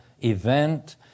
event